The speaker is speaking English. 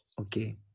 Okay